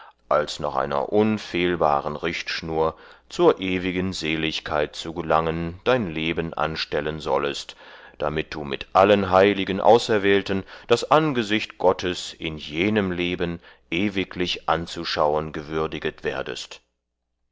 als nach einer unfehlbaren richtschnur zur ewigen seligkeit zu gelangen dein leben anstellen sollest damit du mit allen heiligen auserwählten das angesicht gottes in jenem leben ewiglich anzuschauen gewürdiget werdest